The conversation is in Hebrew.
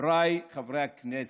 חבריי חברי הכנסת,